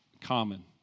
common